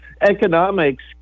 economics